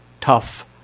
tough